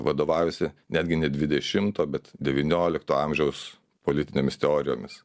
vadovavusi netgi ne dvidešimto bet devyniolikto amžiaus politinėmis teorijomis